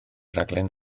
raglen